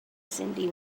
cyndi